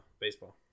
baseball